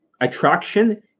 attraction